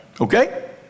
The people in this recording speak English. okay